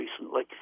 recently